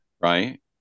Right